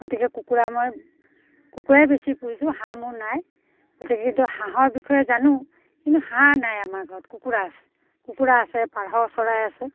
গতিকে কুকুৰা মই কুকুৰাই বেছি পুহিছোঁ হাঁহ মোৰ নাই গতিকে কিন্তু হাঁহৰ বিষয়ে জানো কিন্তু হাঁহ নাই আমাৰ ঘৰত কুকুৰা আছে কুকুৰা আছে পাৰ চৰাই আছে